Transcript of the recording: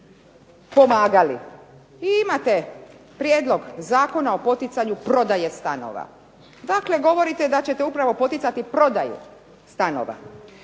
pomagali. I imate prijedlog Zakona o poticanju prodaje stanova. Dakle, govorite da ćete upravo poticati prodaju stanova.